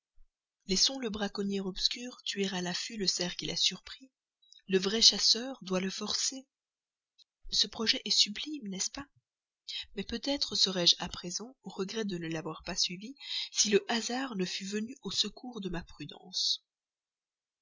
laissons le braconnier obscur tuer à l'affût le cerf qu'il a surpris le vrai chasseur doit le forcer ce projet est sublime n'est-ce pas mais peut-être serais-je à présent au regret de ne l'avoir pas suivi si le hasard ne fût venu au secours de ma prudence